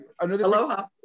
aloha